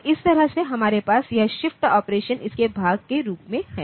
तो इस तरह से हमारे पास यह शिफ्ट ऑपरेशन इसके भाग के रूप में है